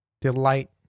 Delight